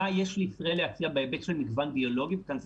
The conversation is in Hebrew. מה יש לישראל להציע בהיבט של מגוון ביולוגי וכאן צריך